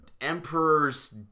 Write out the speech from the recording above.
emperor's